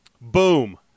Boom